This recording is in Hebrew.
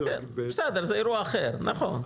בסדר, זה אירוע אחד, נכון.